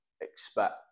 expect